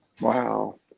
Wow